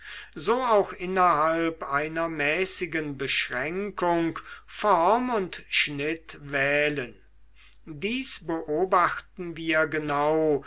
so auch innerhalb einer mäßigen beschränkung form und schnitt wählen dies beobachten wir genau